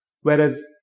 Whereas